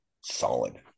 solid